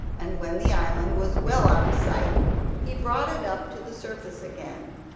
and when the island was well out of sight he brought it up to the surface again.